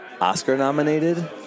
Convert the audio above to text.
Oscar-nominated